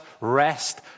rest